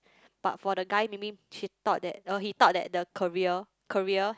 but for the guy maybe she thought that uh he thought that the career career